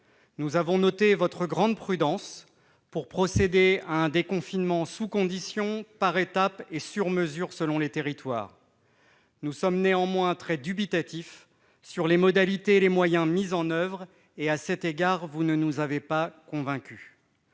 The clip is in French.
Nous avons noté votre grande prudence pour procéder à un déconfinement sous conditions, par étapes et sur-mesure selon les territoires. Nous sommes néanmoins très dubitatifs quant aux modalités et aux moyens mis en oeuvre, et à cet égard vous ne nous avez pas convaincus.